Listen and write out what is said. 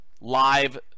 live